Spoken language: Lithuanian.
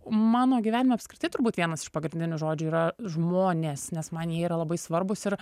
mano gyvenime apskritai turbūt vienas iš pagrindinių žodžių yra žmonės nes man jie yra labai svarbūs ir